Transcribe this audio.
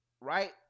right